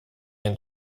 and